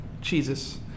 Jesus